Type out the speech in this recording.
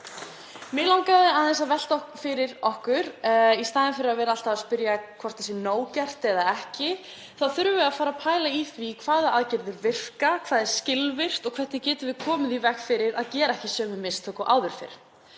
Mig langaði aðeins að að velta því upp að í staðinn fyrir að vera alltaf að spyrja hvort það sé nóg gert eða ekki þá þurfum við að fara að pæla í því hvaða aðgerðir virka, hvað sé skilvirkt og hvernig við getum komið í veg fyrir að gera ekki sömu mistök og áður.